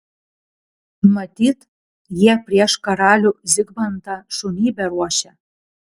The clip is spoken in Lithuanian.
matyt jie prieš karalių zigmantą šunybę ruošia